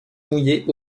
mouiller